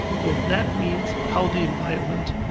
so that means how the environment